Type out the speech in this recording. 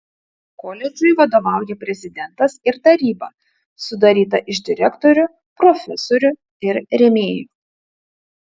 koledžui vadovauja prezidentas ir taryba sudaryta iš direktorių profesorių ir rėmėjų